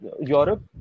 Europe